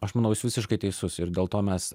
aš manau jūs visiškai teisus ir dėl to mes